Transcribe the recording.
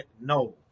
no